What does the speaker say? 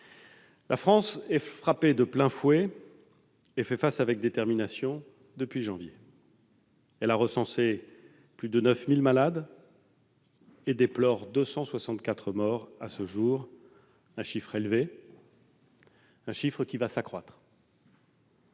La France est frappée de plein fouet et fait face avec détermination depuis janvier. Elle a recensé plus de 9 000 malades et déplore 264 morts à ce jour, un chiffre élevé et qui va s'accroître.